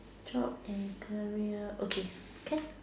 job and career okay can